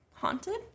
haunted